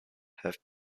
have